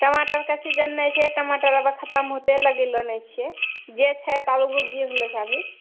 टमाटर कऽ सीजन नहि छै टमाटर आब खतम होते लगेलो नहि छियै जे छै ताबऽ